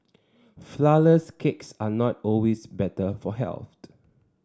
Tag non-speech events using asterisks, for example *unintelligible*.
flourless cakes are not always better for *unintelligible*